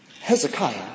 Hezekiah